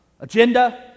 agenda